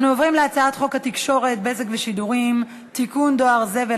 הצעת חוק לתיקון פקודת בריאות הציבור